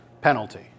penalty